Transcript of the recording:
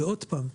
ועוד פעם.